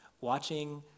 watching